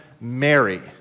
Mary